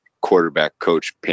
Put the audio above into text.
quarterback-coach